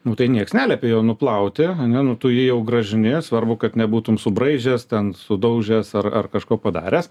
nu tai nieks neliepė jo nuplauti ne nu tu jį jau grąžini svarbu kad nebūtum subraižęs ten sudaužęs ar ar kažko padaręs